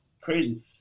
crazy